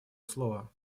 слова